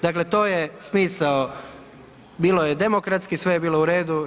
Dakle to je smisao bilo je demokratski, sve je bilo u redu.